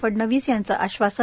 फडणवीस यांचं आश्वासन